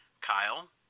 Kyle